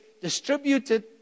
distributed